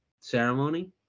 ceremony